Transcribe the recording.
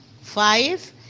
Five